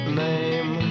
name